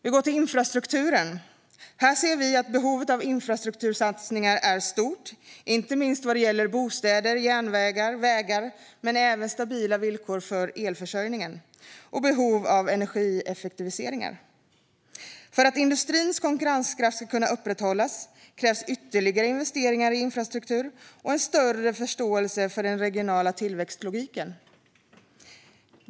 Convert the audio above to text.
Vi går till infrastrukturen. Här ser vi att behovet av infrastruktursatsningar är stort, inte minst vad gäller bostäder, järnvägar och vägar men även vad gäller stabila villkor för elförsörjningen och behov av energieffektiviseringar. För att industrins konkurrenskraft ska kunna upprätthållas krävs ytterligare investeringar i infrastruktur och en större förståelse för den regionala tillväxtlogiken.